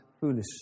foolish